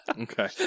Okay